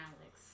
Alex